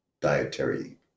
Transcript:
dietary